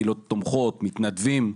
הקהילות התומכות ומתנדבים.